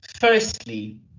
firstly